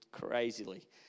crazily